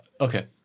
Okay